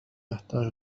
يحتاج